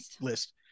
list